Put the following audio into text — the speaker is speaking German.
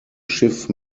schiff